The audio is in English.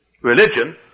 religion